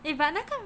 eh but 那个